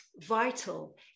vital